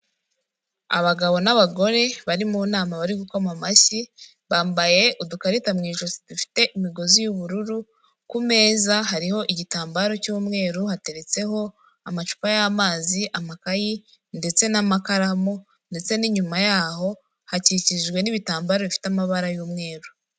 Abagabo n'abagore bari mu nama bari gukoma amashyi, bambaye udukarita mu ijo dufite imigozi y'ubururu, ku meza hariho igitambaro cy'umweru hateretseho amacupa y'amazi, amakayi ndetse n'amakaramu ndetse n'inyuma yaho hakikijwe n'ibitambaro bifite amabara y'umweru.